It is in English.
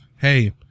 hey